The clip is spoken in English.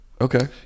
Okay